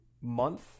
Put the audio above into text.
month